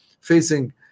facing